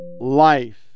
Life